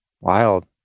wild